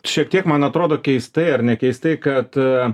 šiek tiek man atrodo keistai ar nekeistai kad